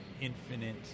infinite